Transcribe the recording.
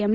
M